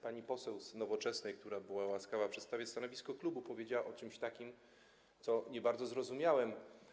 Pani poseł z Nowoczesnej, która była łaskawa przedstawić stanowisko klubu, powiedziała coś takiego, co nie bardzo zrozumiałem.